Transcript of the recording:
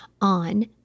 on